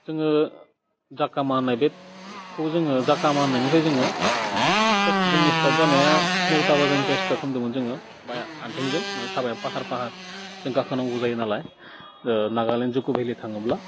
जोङो जाकामा होननाय बेखौ जोङो जाकामा होननायनिफ्राय जोङो खोब जोंनि स्टार्ट जानाया नौता बाजानिफ्राय स्टार्ट खालामदोंमोन जोङो बाय आथिंजों थाबायना पाहार पाहार जों गाखोनांगौ जायो नालाय नागालेण्ड जुक' भेलि थाङोब्ला